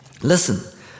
Listen